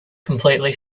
completely